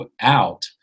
out